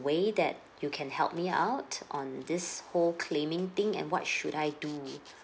way that you can help me out on this whole claiming thing and what should I do